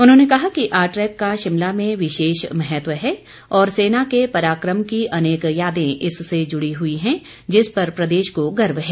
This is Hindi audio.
उन्होंने कहा कि आरट्रैक का शिमला में विशेष महत्व है और सेना के पराक्रम की अनेक यादें इससे जुड़ी हुई हैं जिस पर प्रदेश को गर्व है